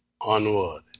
onward